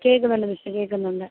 കേൾക്കുന്നുണ്ട് മിസ്സേ കേൾക്കുന്നുണ്ട്